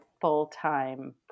full-time